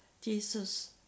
Jesus